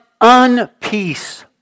unpeace